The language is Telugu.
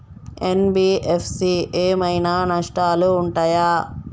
ఎన్.బి.ఎఫ్.సి ఏమైనా నష్టాలు ఉంటయా?